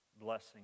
blessing